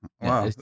wow